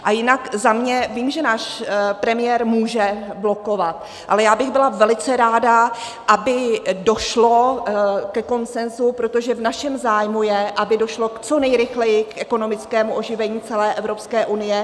A jinak, za mě, vím, že náš premiér může blokovat, ale já bych byla velice ráda, aby došlo ke konsenzu, protože v našem zájmu je, aby došlo co nejrychleji k ekonomickému oživení celé Evropské unie.